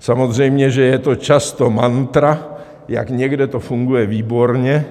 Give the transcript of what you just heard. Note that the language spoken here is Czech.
Samozřejmě že je to často mantra, jak někde to funguje výborně,